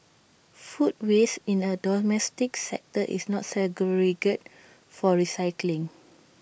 food waste in A domestic sector is not segregated for recycling